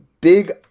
big